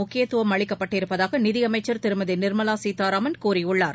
முக்கியத்துவம் அளிக்கப்பட்டிருப்பதாக நிதியமைச்சர் திருமதி நிர்மலா சீதாராமன் கூறியுள்ளார்